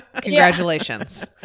Congratulations